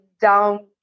down